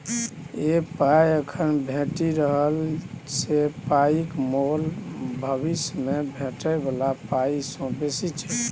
जे पाइ एखन भेटि रहल से पाइक मोल भबिस मे भेटै बला पाइ सँ बेसी छै